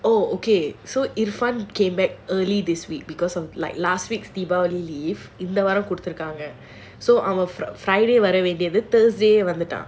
oh okay so in front came back early this week because of like last week's deepavali leave இந்த வாரம் கொடுத்துருக்காங்க:indha vaaram koduthurukaanga so our friday வந்துட்டான்:vanthutaan